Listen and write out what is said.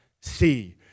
see